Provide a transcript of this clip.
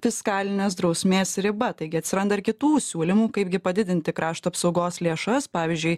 fiskalinės drausmės riba taigi atsiranda ir kitų siūlymų kaipgi padidinti krašto apsaugos lėšas pavyzdžiui